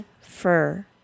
fur